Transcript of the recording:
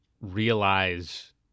realize